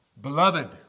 Beloved